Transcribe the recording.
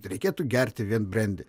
reikėtų gerti vien brendį